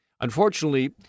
Unfortunately